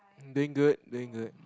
doing good doing good